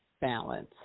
balance